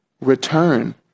Return